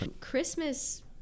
Christmas